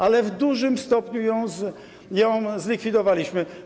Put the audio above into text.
Ale w dużym stopniu ją zlikwidowaliśmy.